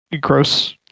gross